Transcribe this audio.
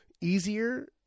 easier